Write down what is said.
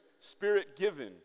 spirit-given